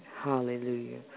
Hallelujah